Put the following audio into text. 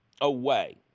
away